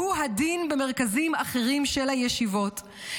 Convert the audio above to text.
והוא הדין במרכזים אחרים של הישיבות.